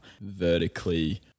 vertically